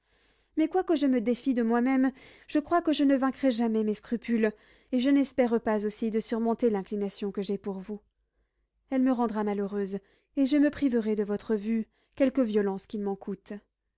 mais quoique je me défie de moi-même je crois que je ne vaincrai jamais mes scrupules et je n'espère pas aussi de surmonter l'inclination que j'ai pour vous elle me rendra malheureuse et je me priverai de votre vue quelque violence qu'il m'en coûte